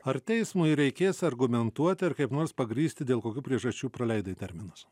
ar teismui reikės argumentuoti ar kaip nors pagrįsti dėl kokių priežasčių praleidai terminus